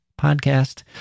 podcast